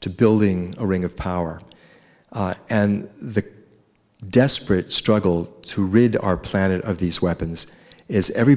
to building a ring of power and the desperate struggle to rid our planet of these weapons is every